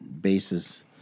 bases